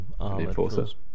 Enforcers